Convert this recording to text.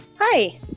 Hi